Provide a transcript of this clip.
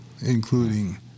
including